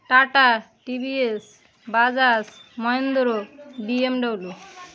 tata T V S Bajaj Mahindra B M W